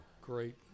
great